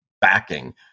backing